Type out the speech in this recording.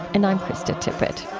and i'm krista tippett